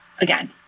again